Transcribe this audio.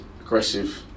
aggressive